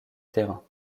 terrain